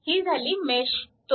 ही झाली मेश 2